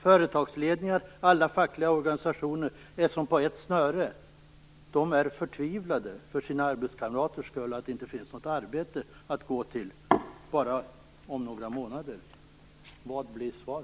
Företagsledning och fackliga organisationer är förtvivlade över att många anställda, många av deras arbetskamrater, bara om några månader inte kommer att ha något arbete att gå till. Vilket blir statsrådets svar?